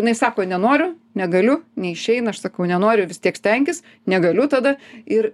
jinai sako nenoriu negaliu neišeina aš sakau nenoriu vis tiek stenkis negaliu tada ir